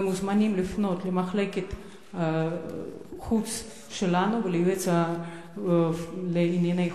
ואתם מוזמנים לפנות אל מחלקת החוץ שלנו וליועץ לענייני חוץ,